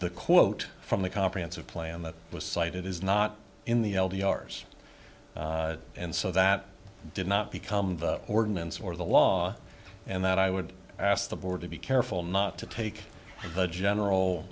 the quote from the comprehensive plan that was cited is not in the l d r's and so that did not become the ordinance or the law and that i would ask the board to be careful not to take the general